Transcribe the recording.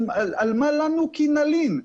אם כן, מה לנו כי נלין?